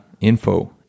info